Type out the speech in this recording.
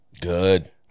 Good